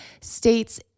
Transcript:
states